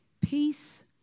peace